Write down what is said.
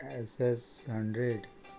S S hundred